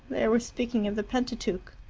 they were speaking of the pentateuch.